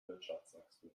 wirtschaftswachstum